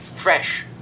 fresh